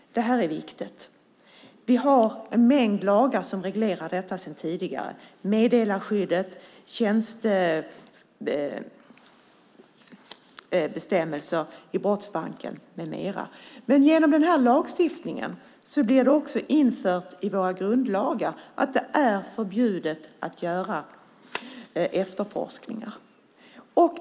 Det är viktigt. Vi har en mängd lagar som reglerar detta sedan tidigare - meddelarskyddet, tjänstebestämmelser i brottsbalken med mera - men genom den här lagstiftningen blir det också infört i våra grundlagar att det är förbjudet att göra efterforskningar.